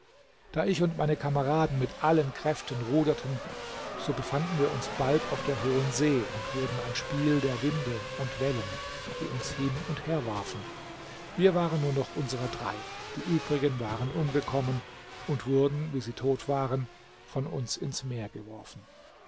da ich und meine kameraden mit allen kräften ruderten so befanden wir uns bald auf der hohen see und wurden ein spiel der winde und wellen die uns hin und her warfen wir waren nur noch unsrer drei die übrigen waren umgekommen und wurden wie sie tot waren von uns ins meer geworfen